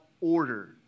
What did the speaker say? order